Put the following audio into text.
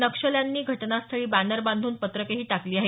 नक्षल्यांनी घटनास्थळी बॅनर बांधून पत्रकेही टाकली आहेत